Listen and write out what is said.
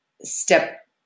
step